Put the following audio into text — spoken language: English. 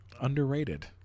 underrated